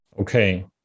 Okay